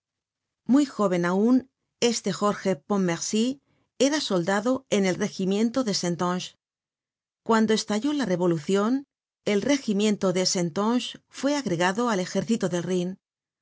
muy jóven aun este jorje pontmercy era soldado en el regimiento de sain tonge cuando estalló la revolucion el regimiento de saintonge fué agregado al ejército del rhin los